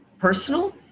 personal